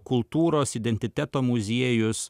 kultūros identiteto muziejus